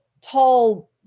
tall